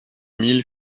milles